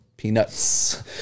peanuts